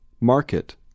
Market